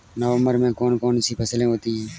नवंबर में कौन कौन सी फसलें होती हैं?